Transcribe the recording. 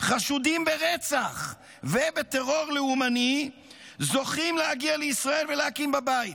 החשודים ברצח ובטרור לאומני זוכים להגיע לישראל ולהקים בה בית?